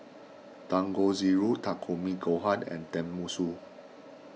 Dangojiru Takikomi Gohan and Tenmusu